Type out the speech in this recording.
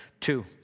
two